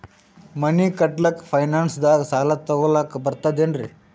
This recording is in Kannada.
ಮನಿ ಕಟ್ಲಕ್ಕ ಫೈನಾನ್ಸ್ ದಾಗ ಸಾಲ ತೊಗೊಲಕ ಬರ್ತದೇನ್ರಿ?